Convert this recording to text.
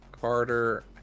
Carter